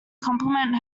compliment